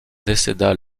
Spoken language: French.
décéda